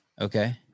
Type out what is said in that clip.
Okay